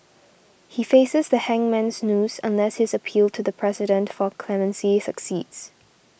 he faces the hangman's noose unless his appeal to the President for clemency succeeds